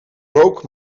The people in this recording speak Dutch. rook